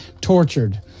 tortured